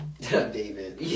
David